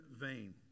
vain